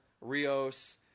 Rios